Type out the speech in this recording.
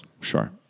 sure